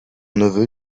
neveu